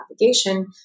navigation